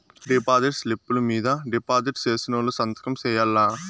deposit స్లిప్పులు మీద deposit సేసినోళ్లు సంతకం సేయాల్ల